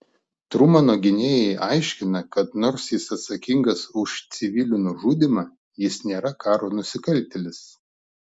trumano gynėjai aiškina kad nors jis atsakingas už civilių nužudymą jis nėra karo nusikaltėlis